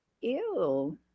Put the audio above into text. Ew